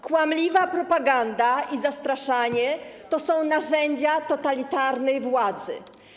Kłamliwa propaganda i zastraszanie to są narzędzia totalitarnej władzy.